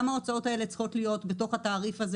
גם ההוצאות האלה צריכות להיות בתוך התעריף הזה